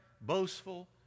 boastful